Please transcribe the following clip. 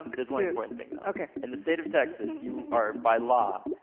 there's one important thing, though. okay. in the state of texas, you are by law,